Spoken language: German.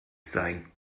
sein